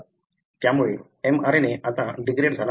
त्यामुळे mRNA आता degrade झाला आहे